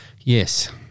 yes